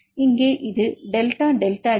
இங்கே இது delta delta G